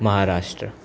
Maharashtra